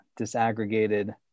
disaggregated